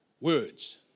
words